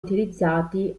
utilizzati